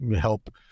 help